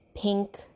pink